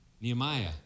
Nehemiah